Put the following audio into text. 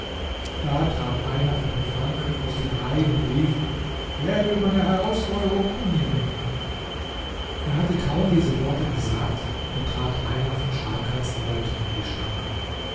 da trat einer von den franken aus den reihen und rief wer will meine herausforderung annehmen er hatte kaum diese worte gesagt da trat einer von scharkans leuten in die schranken